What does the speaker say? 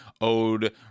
owed